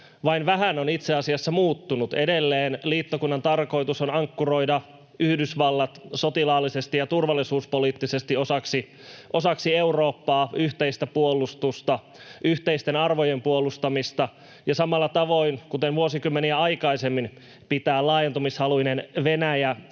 vain vähän on itse asiassa muuttunut: Edelleen liittokunnan tarkoitus on ankkuroida Yhdysvallat sotilaallisesti ja turvallisuuspoliittisesti osaksi Eurooppaa, yhteistä puolustusta, yhteisten arvojen puolustamista, ja samalla tavoin — kuten vuosikymmeniä aikaisemmin — pitää laajentumishaluinen Venäjä